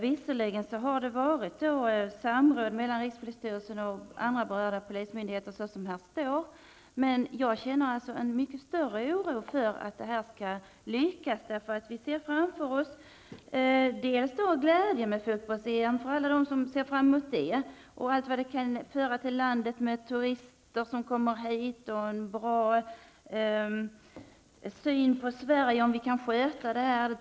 Visserligen har det förekommit samråd mellan rikspolisstyrelsen och andra berörda polismyndigheter, så som det står i svaret, men jag känner en mycket större oro för att detta inte lyckas. Vi ser med glädje på vad fotbolls-EM betyder för alla dem som sett fram emot det och när det gäller allt vad det kan ge landet i fråga om turister som kommer hit och i fråga om att det kan ge upphov till en bra syn på Sverige om vi kan sköta det hela.